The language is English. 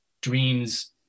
dreams